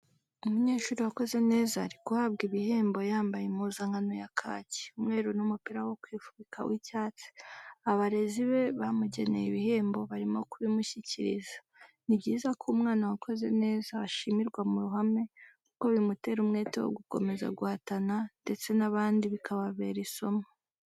Umunyeshuri wakoze neza ari guhabwa ibihembo yambaye impuzankano ya kaki, umweru n'umupira wo kwifubika w'icyatsi, abarezi be bamugeneye ibihembo barimo kubimushyikiriza, ni byiza ko umwana wakoze neza ashimirwa mu ruhame kuko bimutera umwete wo gukomeza guhatana ndetse n'abandi bikababera isomo.